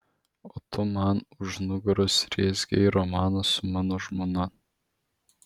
o tu man už nugaros rezgei romaną su mano žmona